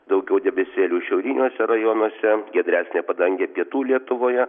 daugiau debesėlių šiauriniuose rajonuose giedresnė padangė pietų lietuvoje